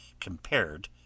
compared